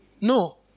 No